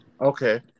Okay